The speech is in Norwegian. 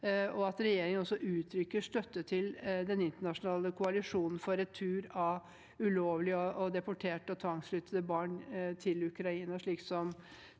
og at regjeringen også uttrykker støtte til den internasjonale koalisjonen for retur av ulovlig deporterte og tvangsflyttede barn til Ukraina, slik